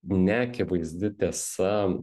neakivaizdi tiesa